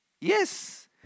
Yes